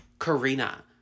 Karina